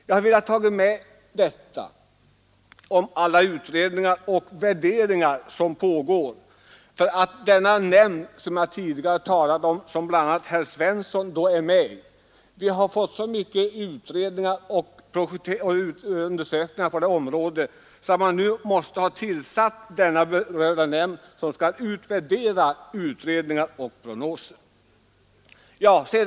Jag har velat nämna om alla utredningar och funderingar som pågår därför att den nämnd jag tidigare talade om och som bl.a. herr Svensson i Malmö är med i har tillsatts för att utvärdera alla utredningar och prognoser som nu finns.